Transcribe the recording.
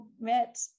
met